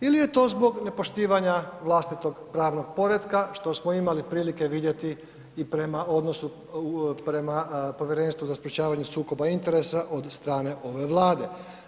Ili je to zbog nepoštivanja vlastitog pravnog poretka, što smo imali prilike vidjeti i prema odnosu, prema Povjerenstvu za sprječavanju sukoba interesa od strane ove Vlade?